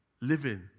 living